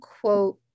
quote